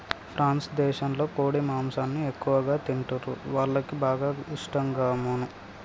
France దేశంలో కోడి మాంసాన్ని ఎక్కువగా తింటరు, వాళ్లకి బాగా ఇష్టం గామోసు